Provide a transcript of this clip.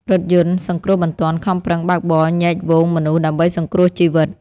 រថយន្តសង្គ្រោះបន្ទាន់ខំប្រឹងបើកបរញែកហ្វូងមនុស្សដើម្បីសង្គ្រោះជីវិត។